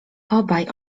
obaj